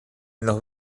los